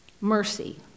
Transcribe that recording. mercy